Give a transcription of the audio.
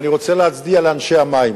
ואני רוצה להצדיע לאנשי המים.